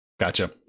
Gotcha